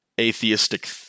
Atheistic